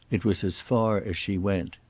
it was as far as she went.